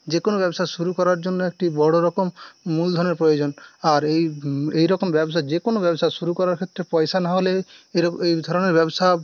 যে কোনো ব্যবসা শুরু করার জন্য একটি বড়োরকম মুলধনের প্রয়োজন আর এই এইরকম ব্যবসা যে কোনো ব্যবসা শুরু করার ক্ষেত্রে পয়সা না হলে এইরম এইধরনের ব্যবসা